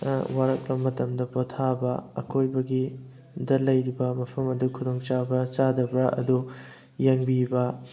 ꯋꯥꯔꯛꯂ ꯃꯇꯝꯗ ꯄꯣꯊꯥꯕ ꯑꯀꯣꯏꯕꯒꯤ ꯗ ꯂꯩꯔꯤꯕ ꯃꯐꯝ ꯑꯗꯨ ꯈꯨꯗꯣꯡꯆꯥꯕ ꯆꯥꯗꯕ꯭ꯔꯥ ꯑꯗꯨ ꯌꯦꯡꯕꯤꯕ